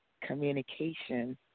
communication